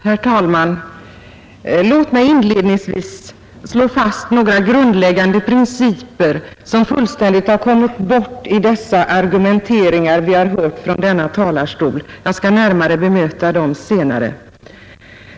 Herr talman! Låt mig inledningsvis slå fast några grundläggande principer, som fullständigt kommit bort i de argumenteringar vi hört från denna talarstol. Jag skall närmare bemöta dem senare.